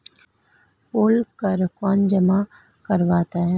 पोल कर कौन जमा करवाता है?